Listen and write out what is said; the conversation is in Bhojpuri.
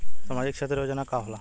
सामाजिक क्षेत्र योजना का होला?